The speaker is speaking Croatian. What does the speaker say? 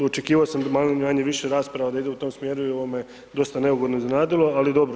Očekivao sam da manje-više rasprava da ide u tom smjeru i ovo me dosta neugodno iznenadilo, ali dobro.